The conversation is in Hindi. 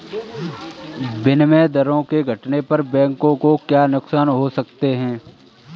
विनिमय दरों के घटने पर बैंकों को क्या नुकसान हो सकते हैं?